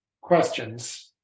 questions